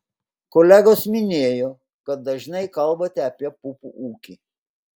kolegos minėjo kad dažnai kalbate apie pupų ūkį